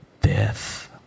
death